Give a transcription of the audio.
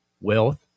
wealth